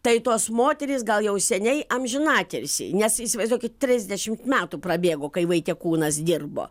tai tos moterys gal jau seniai amžiną atilsį nes įsivaizduokit trisdešimt metų prabėgo kai vaitekūnas dirbo